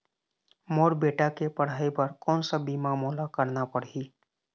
मोर बेटा के पढ़ई बर कोन सा बीमा मोला करना पढ़ही?